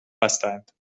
بستند